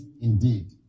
indeed